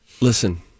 Listen